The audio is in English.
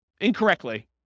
incorrectly